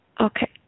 Okay